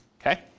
Okay